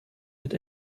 wird